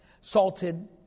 salted